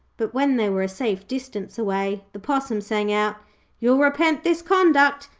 but when they were a safe distance away the possum sang out you'll repent this conduct.